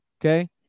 okay